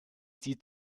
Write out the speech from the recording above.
sieht